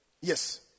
yes